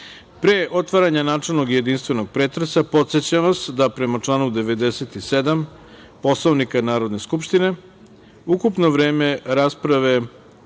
otvaranja načelnog i jedinstvenog pretresa, podsećam vas da prema članu 97. Poslovnika Narodne skupštine, ukupno vreme rasprave